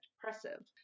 depressive